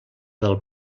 del